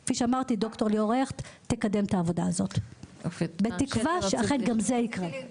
וכפי שאמרתי ד"ר ליאור הכט תקדם את זה בתקווה שגם זה יקרה,